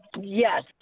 Yes